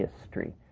history